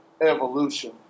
evolution